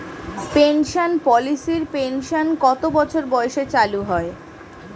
Pension পলিসির pension কত বছর বয়সে চালু হয়?